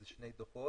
זה שני דוחות,